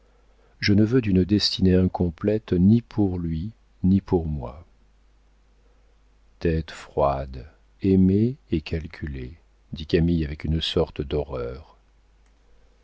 je ne veux d'une destinée incomplète ni pour lui ni pour moi tête froide aimer et calculer dit camille avec une sorte d'horreur